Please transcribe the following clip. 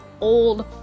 old